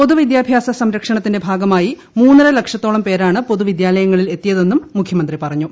പൊതു വിദ്യാഭ്യാസ സംരക്ഷണത്തിന്റെ ഭാഗമായി മൂന്നരലക്ഷത്തോളം പേരാണ് പൊതുവിദ്യാലയങ്ങളിൽ എത്തിയതെന്നും മുഖ്യമന്ത്രി പറഞ്ഞു